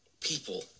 people